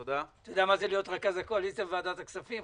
אתה יודע מה זה להיות רכז הקואליציה בוועדת הכספים?